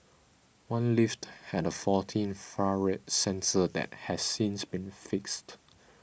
one lift had a faulty infrared sensor that has since been fixed